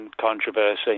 controversy